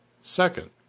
Second